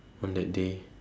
on that day